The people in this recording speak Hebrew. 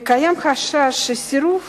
וקיים חשש שהסירוב